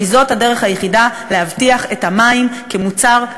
כי זאת הדרך היחידה להבטיח את המים כמוצר,